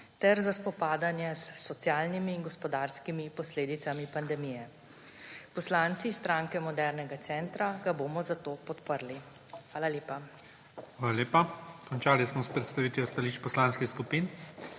ter za spopadanje s socialnimi in gospodarskimi posledicami pandemije. Poslanci Stranke modernega centra ga bomo zato podprli. Hvala lepa. PREDSEDNIK IGOR ZORČIČ: Hvala lepa. Končali smo s predstavitvijo stališč poslanskih skupin.